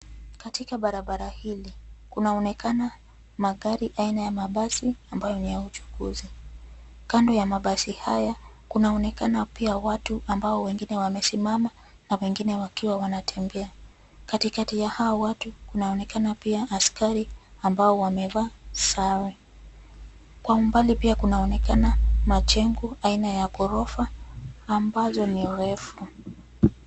Katika barabara hili, kunaonekana magari aina ya mabasi, ambayo ni ya uchukuzi. Kando ya mabasi haya, kunaonekana pia watu, ambao wengine wamesimama, na wengine wakiwa wanatembea. Katikati ya hao watu, kunaonekana pia askari, ambao wamevaa, sare. Kwa umbali pia kunaonekana, majengo aina ya ghorofa, ambazo ni refu.